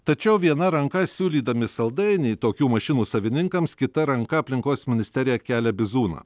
tačiau viena ranka siūlydami saldainį tokių mašinų savininkams kita ranka aplinkos ministerija kelia bizūną